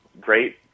great